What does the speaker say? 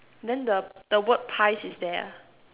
then the the word pies is there ah